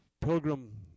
pilgrim